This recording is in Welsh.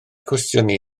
cwestiynu